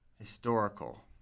historical